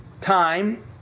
time